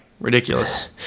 ridiculous